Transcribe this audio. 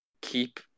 keep